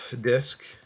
disk